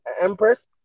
empress